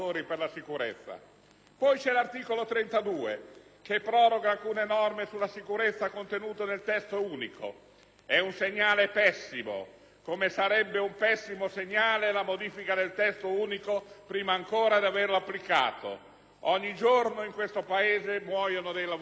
Poi c'è l'articolo 32, che proroga alcune norme sulla sicurezza contenute nel testo unico: è un segnale pessimo, così come sarebbe un pessimo segnale la modifica del testo unico prima ancora di averlo applicato. Ogni giorno in questo Paese muoiono dei lavoratori.